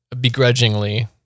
begrudgingly